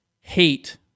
hate